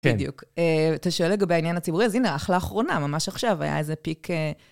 בדיוק. אתה שואל לגבי העניין הציבורי, אז הנה, אך לאחרונה, ממש עכשיו, היה איזה פיק...